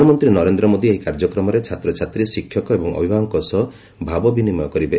ପ୍ରଧାନମନ୍ତ୍ରୀ ନରେନ୍ଦ୍ର ମୋଦି ଏହି କାର୍ଯ୍ୟକ୍ରମରେ ଛାତ୍ରଛାତ୍ରୀ ଶିକ୍ଷକ ଏବଂ ଅଭିଭାବକଙ୍କ ସହ ଭାବ ବିନିମୟ କରିବେ